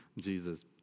jesus